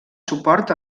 suport